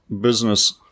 business